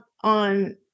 on